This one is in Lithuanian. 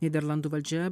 nyderlandų valdžia